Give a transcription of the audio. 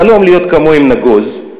החלום להיות כמוהם נגוז,